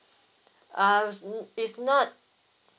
uh um it's not